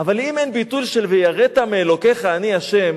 אבל אם אין ביטול של "ויראת מאלוקיך, אנוכי ה'",